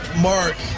Mark